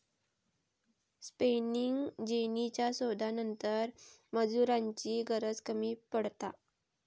spinning जेनीच्या शोधानंतर मजुरांची गरज कमी पडता